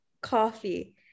coffee